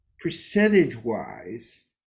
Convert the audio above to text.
percentage-wise